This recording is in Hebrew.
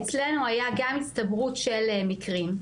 אצלנו היה גם הצטברות של מקרים,